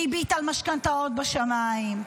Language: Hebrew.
הריבית על משכנתאות בשמיים,